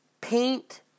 paint